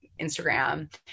Instagram